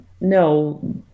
no